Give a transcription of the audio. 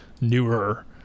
newer